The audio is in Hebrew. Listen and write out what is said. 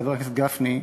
חבר הכנסת גפני,